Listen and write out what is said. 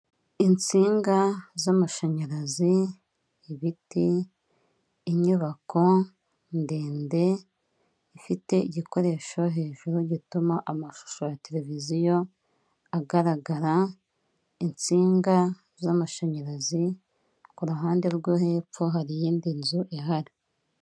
Insinga z'amashanyarazi, ibiti, inyubako ndende ifite igikoresho hejuru gituma amashusho ya televiziyo agaragara, insinga z'amashanyarazi, ku ruhande rwo hepfo hari iyindi nzu ihari.